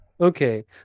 Okay